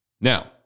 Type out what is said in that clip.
Now